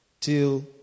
till